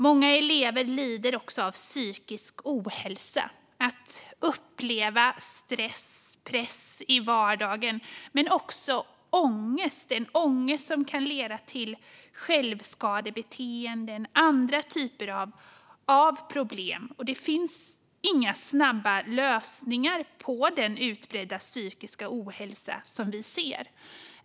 Många elever lider av psykisk ohälsa av att uppleva stress och press i vardagen, men de känner också ångest som kan leda till självskadebeteenden och andra typer av problem. Det finns inga snabba lösningar på den utbredda psykiska ohälsa som vi ser.